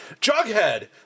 Jughead